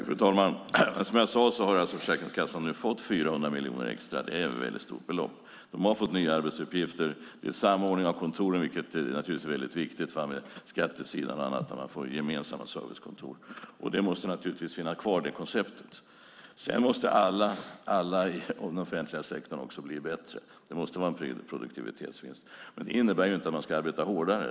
Fru talman! Som jag sade har Försäkringskassan nu fått 400 miljoner extra. Det är ett väldigt stort belopp. Det har fått nya arbetsuppgifter. Den är en samordning av kontoren med skattesidan och annat, vilket är väldigt viktigt, där man får gemensamma servicekontor. Det konceptet måste finnas kvar. Sedan måste alla i den offentliga sektorn bli bättre. Det måste vara en produktivitetsvinst. Men det innebär inte att man ska jobba hårdare.